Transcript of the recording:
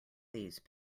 these